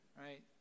right